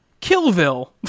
Killville